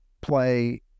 play